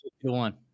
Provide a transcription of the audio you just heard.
one